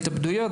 התאבדויות,